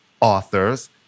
authors